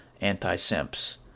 anti-simps